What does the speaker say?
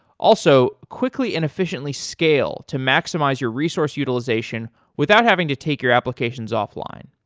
also, quickly and efficiently scale to maximize your resource utilization without having to take your applications off-line.